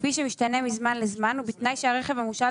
כפי שמשתנה מזמן לזמן, ובתנאי שהרכב המושאל